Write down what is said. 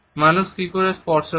মানুষ কি করে স্পর্শ করে